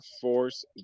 Force